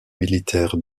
militaire